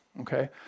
okay